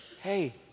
hey